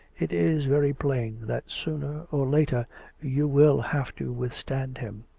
it is very plain that sooner or later you will have to withstand him.